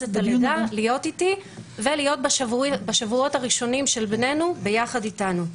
את הלידה ולהיות אתי ולהיות בשבועות הראשונים של בננו יחד אתנו.